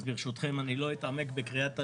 ברשותכם אני לא אתעמק בקריאת השקפים.